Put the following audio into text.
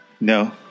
no